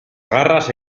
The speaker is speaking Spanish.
garras